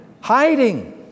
Hiding